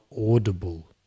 Audible